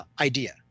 idea